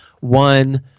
one